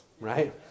right